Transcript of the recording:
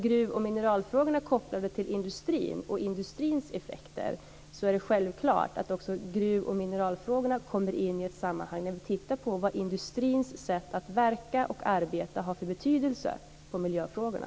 Gruv och mineralfrågorna, kopplade till industrin och industrins effekter, kommer självklart också med i sammanhanget när vi tittar på vilken betydelse industrins sätt att verka och arbeta har för miljöfrågorna.